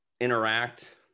interact